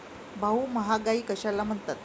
भाऊ, महागाई कशाला म्हणतात?